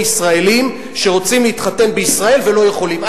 ישראלים שרוצים להתחתן בישראל ולא יכולים?